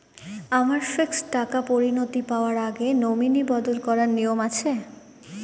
আমার ফিক্সড টাকা পরিনতি পাওয়ার আগে নমিনি বদল করার নিয়ম আছে?